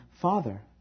Father